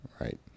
Right